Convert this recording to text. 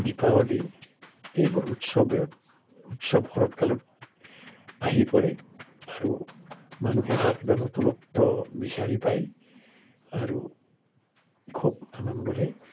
দীপাৱলী এইবোৰ উৎসৱে উৎসৱ শৰৎ কালত আহি পৰে আৰু মানুহে এটা কিবা নতুনত্ব বিচাৰি পায় আৰু খুব আনন্দৰে